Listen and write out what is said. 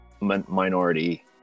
minority